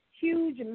huge